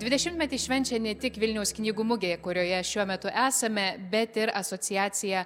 dvidešimtmetį švenčia ne tik vilniaus knygų mugė kurioje šiuo metu esame bet ir asociacija